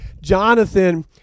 Jonathan